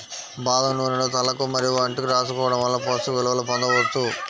బాదం నూనెను తలకు మరియు ఒంటికి రాసుకోవడం వలన పోషక విలువలను పొందవచ్చు